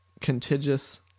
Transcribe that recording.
contiguous